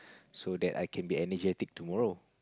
so that I can be energetic tomorrow